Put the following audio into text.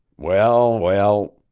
well, well!